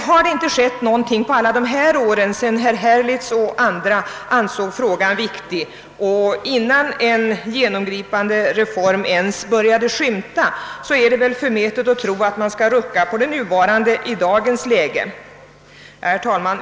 Har det inte hänt något på alla år sedan herr Herlitz och andra ansåg frågan viktig och innan en genomgripande reform ens började skymta är det väl dock förmätet att tro att man i dagens läge skall kunna rucka på den nuvarande ordningen.